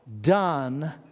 done